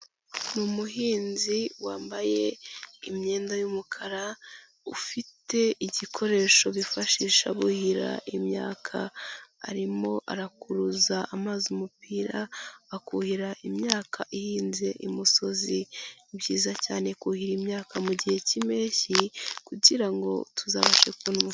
Umuhinzi wambaye imyenda y'umukara ufite igikoresho bifashisha buhira imyaka arimo arakuruza amazi umupira akuhira imyaka ihinze i musozi, ni byiza cyane kuhira imyaka mu gihe cy'impeshyi kugira ngo tuzabashe kubona umusaruro.